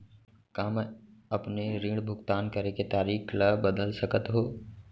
का मैं अपने ऋण भुगतान करे के तारीक ल बदल सकत हो?